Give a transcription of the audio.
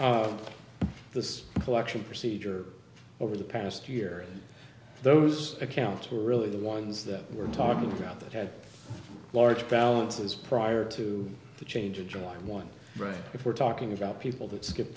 through this election procedure over the past year those accounts were really the ones that we're talking about that had large balances prior to the change of july one right if we're talking about people that skip